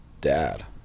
dad